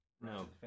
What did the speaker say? No